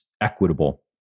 equitable